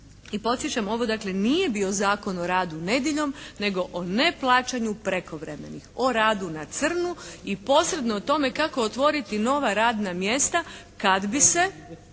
I podsjećam dakle, ovo nije bio Zakon o radu nedjeljom nego o neplaćanju prekovremenih, o radu na crno i posebno o tome kako otvoriti nova radna mjesta kad bi se